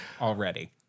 already